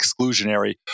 exclusionary